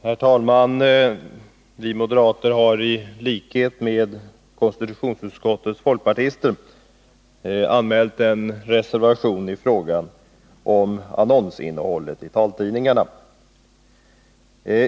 Herr talman! Vi moderater har i likhet med konstitutionsutskottets folkpartister anmält en reservation i fråga om annonsinnehållet i taltidningarna.